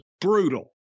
brutal